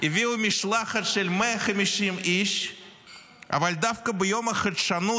--- הביאו משלחת של 150 איש אבל דווקא ביום החדשנות,